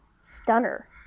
stunner